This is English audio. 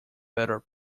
better